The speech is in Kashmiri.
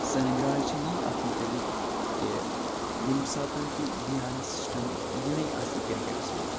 سٲنۍ راے چھِ یی اَتھ متعلِق کہِ ییٚمہِ ساتہٕ تہِ ڈی آر اٮ۪س سِسٹَم یِنَے آسہِ کِرکَٹَس منٛز